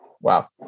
Wow